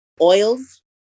oils